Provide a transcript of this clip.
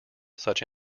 such